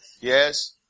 Yes